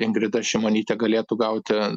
ingrida šimonytė galėtų gauti